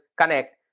connect